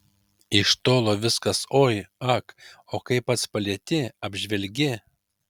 iš tolo viskas oi ak o kai pats palieti apžvelgi